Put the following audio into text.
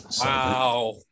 wow